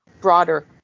broader